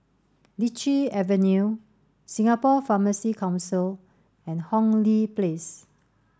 Lichi Avenue Singapore Pharmacy Council and Hong Lee Place